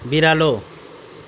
बिरालो